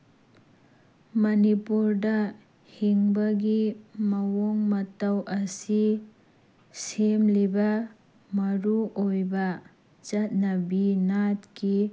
ꯃꯅꯤꯄꯨꯔꯗ ꯍꯤꯡꯕꯒꯤ ꯃꯑꯣꯡ ꯃꯇꯧ ꯑꯁꯤ ꯁꯦꯝꯂꯤꯕ ꯃꯔꯨ ꯑꯣꯏꯕ ꯆꯠꯅꯕꯤ ꯅꯥꯠꯀꯤ